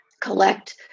collect